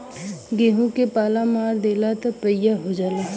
गेंहू के पाला मार देला त पइया हो जाला